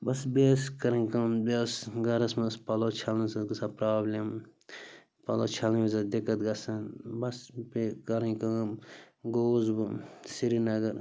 بَس بیٚیہِ ٲسۍ کَرٕنۍ کٲم بیٚیہِ ٲس گَرَس منٛز پَلَو چھلنَس ٲس گژھان پرٛابلِم پَلَو چھلنہٕ وِزِ ٲس دِقت گژھان بَس پیٚیہِ کَرٕنۍ کٲم گوٚوُس بہٕ سریٖنگَر